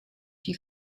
she